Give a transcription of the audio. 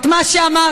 את מה שאמרתם,